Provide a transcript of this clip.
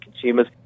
consumers